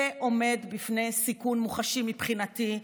זה עומד בפני סיכון מוחשי מבחינתי.